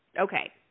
Okay